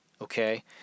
okay